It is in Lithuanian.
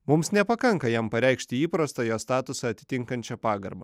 mums nepakanka jam pareikšti įprastą jo statusą atitinkančią pagarbą